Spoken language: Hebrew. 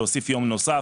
להוסיף יום נוסף.